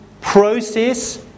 process